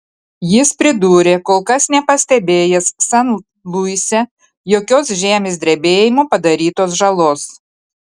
jis pridūrė kol kas nepastebėjęs san luise jokios žemės drebėjimo padarytos žalos